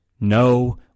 no